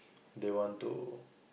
they want to